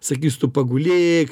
sakys tu pagulėk